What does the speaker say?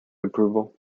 approval